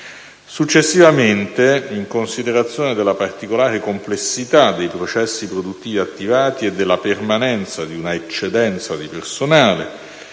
Successivamente, in considerazione della particolare complessità dei processi produttivi attivati e della permanenza di una eccedenza di personale,